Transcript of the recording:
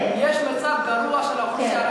יש מצב גרוע של האוכלוסייה,